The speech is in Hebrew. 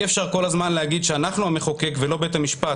אי אפשר כל הזמן להגיד שאנחנו המחוקק ולא בית המשפט